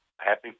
happy